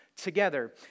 Together